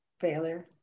Failure